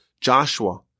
Joshua